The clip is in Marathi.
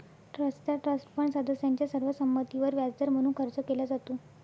ट्रस्टचा ट्रस्ट फंड सदस्यांच्या सर्व संमतीवर व्याजदर म्हणून खर्च केला जातो